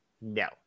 No